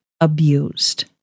abused